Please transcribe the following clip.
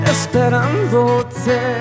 Esperándote